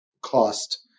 cost